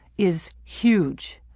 is huge.